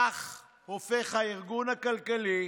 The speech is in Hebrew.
כך הופך הארגון הכלכלי